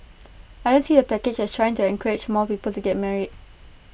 I don't see the package as trying to encourage more people to get married